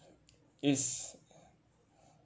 it's